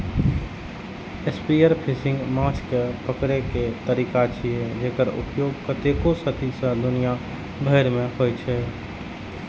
spearfishing माछ पकड़ै के तरीका छियै, जेकर उपयोग कतेको सदी सं दुनिया भरि मे होइ छै